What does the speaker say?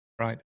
Right